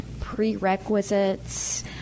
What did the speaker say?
prerequisites